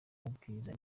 ubwiza